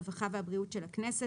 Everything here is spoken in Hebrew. הרווחה והבריאות של הכנסת,